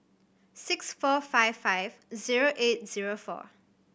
six four zero five zero eight zero four